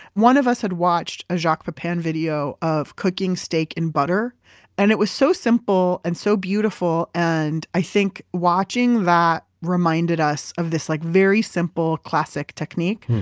one of us had watched a jacques pepin video of cooking steak in butter and it was so simple and so beautiful. and i think watching that reminded us of this like very simple, classic technique,